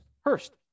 Hurst